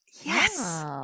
yes